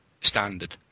standard